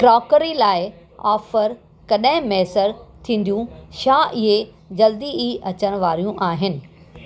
crockery लाइ offer कॾहिं मुयसरु थींदियूं छा इहे जल्द ई अचणु वारियूं आहिनि